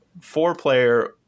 four-player